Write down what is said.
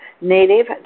Native